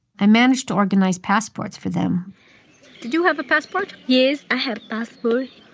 i managed to organize passports for them did you have a passport? yes, i have passport